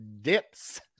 dips